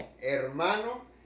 hermano